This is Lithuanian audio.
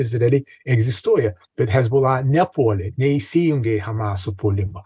izraely egzistuoja bet hezbollah nepuolė neįsijungė hamaso puolimą